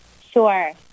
Sure